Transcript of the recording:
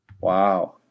Wow